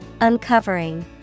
Uncovering